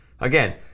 Again